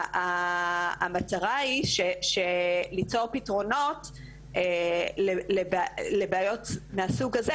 המטרה היא למצוא פתרונות לבעיות מהסוג הזה,